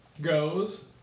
goes